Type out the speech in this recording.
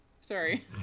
Sorry